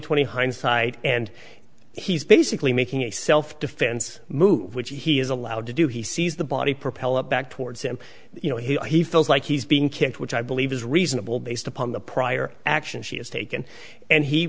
twenty hindsight and he's basically making a self defense move which he is allowed to do he sees the body propel it back towards him you know he feels like he's being kicked which i believe is reasonable based upon the prior actions she has taken and he